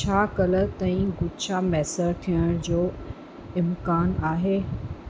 छा कल्ह ताईं गुच्छा मुयसरु थियण जो इम्कानु आहे